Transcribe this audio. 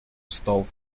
stall